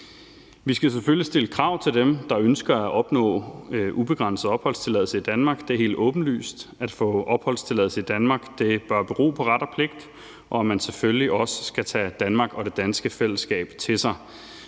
Vi skal selvfølgelig stille krav til dem, der ønsker at opnå ubegrænset opholdstilladelse i Danmark, det er helt åbenlyst. At få opholdstilladelse i Danmark bør bero på ret og pligt, og at man selvfølgelig også skal tage Danmark og det danske fællesskab til sig.